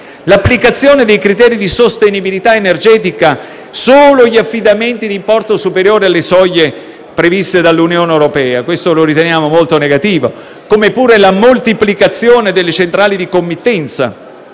l'applicazione dei criteri di sostenibilità energetica solo agli affidamenti di importo superiore alle soglie previste dall'Unione europea, e la moltiplicazione delle centrali di committenza,